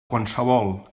qualsevol